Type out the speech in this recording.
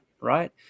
right